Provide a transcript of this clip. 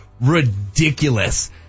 ridiculous